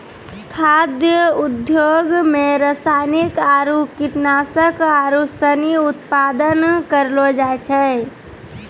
खाद्य उद्योग मे रासायनिक आरु कीटनाशक आरू सनी उत्पादन करलो जाय छै